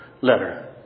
letter